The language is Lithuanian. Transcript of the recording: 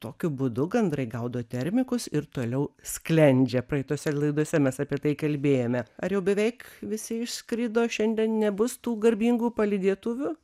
tokiu būdu gandrai gaudo termikus ir toliau sklendžia praeitose laidose mes apie tai kalbėjome ar jau beveik visi išskrido šiandien nebus tų garbingų palydėtuvių